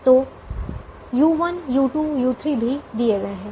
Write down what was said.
तो u1 u2 u3 भी दिए गए हैं